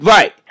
Right